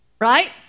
Right